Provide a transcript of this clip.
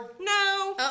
No